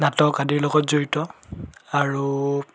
নাটক আদিৰ লগত জড়িত আৰু